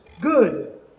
good